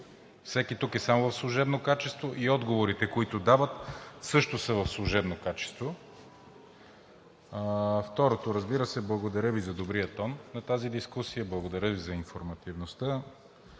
Всеки тук е само в служебно качество и отговорите, които дават, също са в служебно качество. Второто – разбира се, благодаря Ви за добрия тон на тази дискусия. Благодаря Ви за информативността.